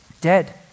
dead